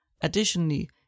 Additionally